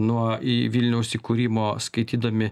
nuo į vilniaus įkūrimo skaitydami